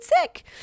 sick